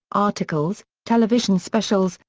articles, television specials,